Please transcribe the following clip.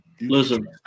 Listen